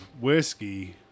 whiskey